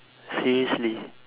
seriously